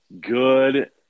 good